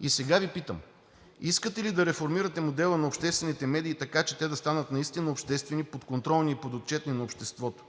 И сега Ви питам – искате ли да реформирате модела на обществените медии така, че те да станат наистина обществени подконтролни и подотчетни на обществото,